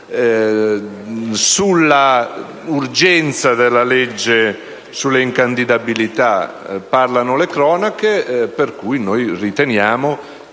Sulla urgenza della legge sulle incandidabilità parlano le cronache per cui riteniamo,